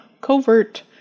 covert